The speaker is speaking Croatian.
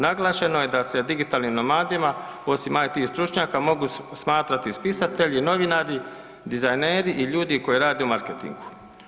Naglašeno je da se digitalnim nomadima osim IT stručnjaka mogu smatrati spisatelji, novinari, dizajneri i ljudi koji rade u marketingu.